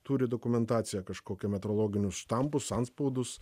turi dokumentaciją kažkokią metrologinius štampus antspaudus